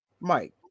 Mike